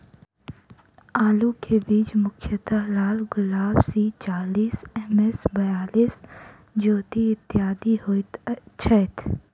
आलु केँ बीज मुख्यतः लालगुलाब, सी चालीस, एम.एस बयालिस, ज्योति, इत्यादि होए छैथ?